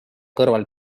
kõrval